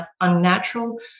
unnatural